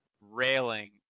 railing